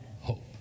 hope